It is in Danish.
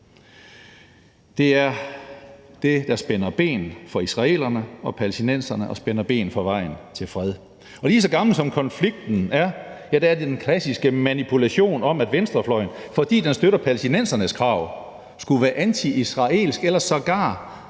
er det, der spænder ben for israelerne og palæstinenserne og spænder ben for vejen til fred. Lige så gammel som konflikten er, er den klassiske manipulation om, at venstrefløjen, fordi den støtter palæstinensernes krav, skulle være antiisraelsk eller sågar